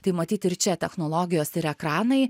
tai matyt ir čia technologijos ir ekranai